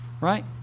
right